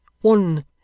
one